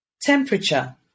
Temperature